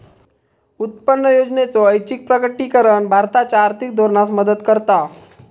उत्पन्न योजनेचा ऐच्छिक प्रकटीकरण भारताच्या आर्थिक धोरणास मदत करता